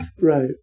Right